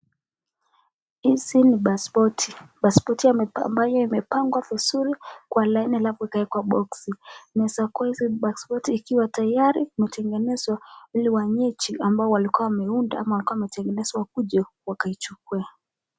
Hizi ni passpoti, passpoti ambayo imepangwa vizuri kwa laini, alfu ikawekwa boksi inaweza hizi passpoti ikiwa tayari kutengenezwa hili wenyeji ambao walikuwa wameunda ama alikuwa ametengeneza wakuje wakachukue.